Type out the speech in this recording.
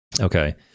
Okay